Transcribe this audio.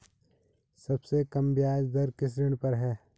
सबसे कम ब्याज दर किस ऋण पर है?